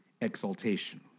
exaltation